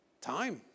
Time